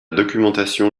documentation